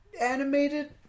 animated